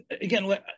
Again